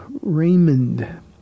Raymond